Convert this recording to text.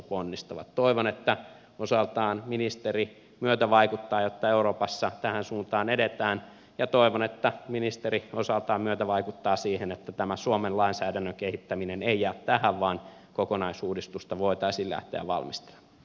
toivon että osaltaan ministeri myötävaikuttaa siihen että euroopassa tähän suuntaan edetään ja toivon että ministeri osaltaan myötävaikuttaa siihen että tämä suomen lainsäädännön kehittäminen ei jää tähän vaan kokonaisuudistusta voitaisiin lähteä valmistelemaan